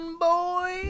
Boy